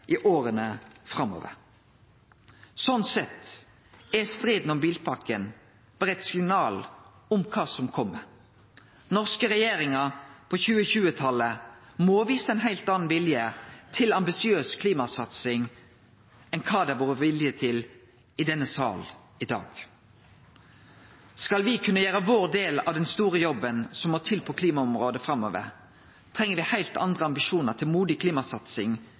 i åra framover. Slik sett er striden om bilpakken berre eit signal om kva som kjem. Norske regjeringar på 2020-talet må vise ein heilt annan vilje til ambisiøs klimasatsing enn det ein har vist i denne salen i dag. Skal me kunne gjere vår del av den store jobben som må til på klimaområdet framover, treng me heilt andre ambisjonar til modig klimasatsing